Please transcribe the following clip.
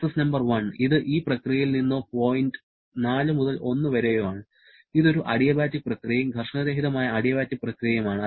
process number 1 ഇത് ഈ പ്രക്രിയയിൽ നിന്നോ പോയിന്റ് 4 മുതൽ 1 വരെയോ ആണ് ഇത് ഒരു അഡിയബാറ്റിക് പ്രക്രിയയും ഘർഷണരഹിതമായ അഡിയബാറ്റിക് പ്രക്രിയയുമാണ്